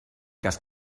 cas